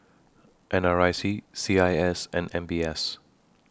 N R I C C I S and M B S